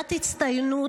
"תעודת הצטיינות".